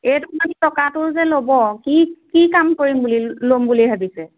এই টকাটো যে ল'ব কি কি কাম কৰিম বুলি ল'ম বুলি ভাবিছে